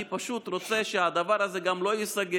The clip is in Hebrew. אני פשוט רוצה שהדבר הזה גם לא ייסגר,